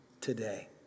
today